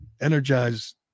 energize